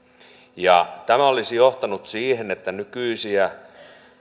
tämä olisi johtanut siihen että